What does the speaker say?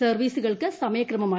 സർവ്വീസുകൾക്ക് സമയക്രമമായി